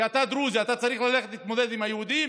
כי אתה דרוזי, אתה צריך ללכת להתמודד עם היהודים.